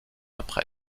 après